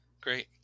great